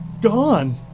gone